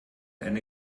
eine